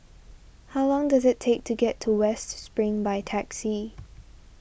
how long does it take to get to West Spring by taxi